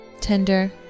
Tender